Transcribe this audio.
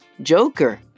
Joker